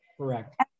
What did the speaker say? correct